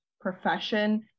profession